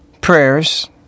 prayers